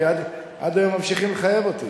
כי עד היום ממשיכים לחייב אותי,